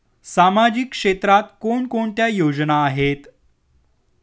सामाजिक क्षेत्रात कोणकोणत्या योजना आहेत?